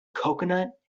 coconut